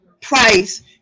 price